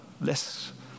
less